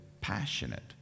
passionate